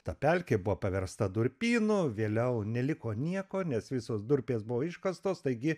ta pelkė buvo paversta durpynu vėliau neliko nieko nes visos durpės buvo iškastos taigi